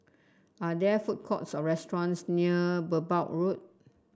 are there food courts or restaurants near Merbau Road